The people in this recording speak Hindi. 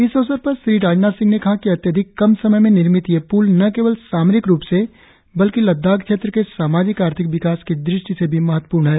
इस अवसर पर श्री राजनाथ सिंह ने कहा कि अत्यधिक कम समय में निर्मित ये प्ल न केवल सामरिक रूप से बल्कि लद्दाख क्षेत्र के सामाजिक आर्थिक विकास की दृष्टि से भी महत्वपूर्ण हैं